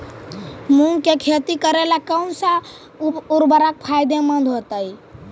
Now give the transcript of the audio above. मुंग के खेती करेला कौन उर्वरक फायदेमंद होतइ?